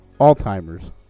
Alzheimer's